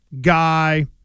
Guy